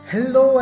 Hello